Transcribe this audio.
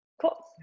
Cool